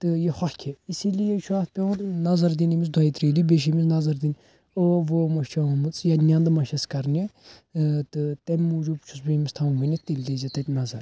تہٕ یہِ ہۄکھہِ اسی لیے چھُ اتھ پیٚوان نظر دِنۍ أمِس دۄیہِ ترٛیٚیہِ دُہہِ بیٚیہِ چھِ أمِس نظر دِنۍ ٲو وٲو ما چھِ آمٕژ یا نیٚنٛدٕ ما چھیٚس کرنہِ ٲں تہِ تَمہِ موٗجوٗب چھُس بہٕ أمِس تھاوان ونِتھ تیٚلہِ دیٖزِ تتہِ نظر